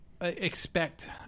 expect